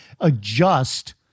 adjust